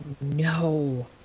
No